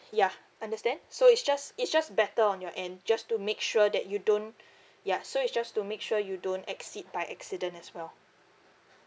ya understand so it's just it's just better on your end just to make sure that you don't ya so it's just to make sure you don't exceed by accident as well